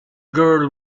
girl